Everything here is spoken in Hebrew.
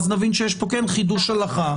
אז נבין שיש פה חידוש הלכה.